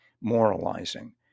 moralizing